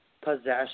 possession